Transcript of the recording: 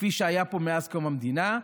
כפי שהיה פה מאז קום המדינה,